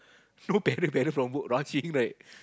no parents from work rushing right